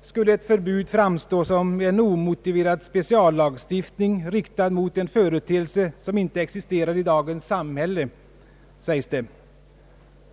skulle ett förbud framstå som en »omotiverad speciallagstiftning riktad mot en företeelse som inte existerar i dagens samhälle».